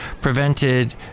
prevented